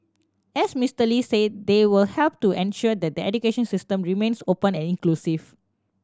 as Mister Lee said they will help to ensure that the education system remains open and inclusive